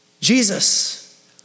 Jesus